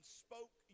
spoke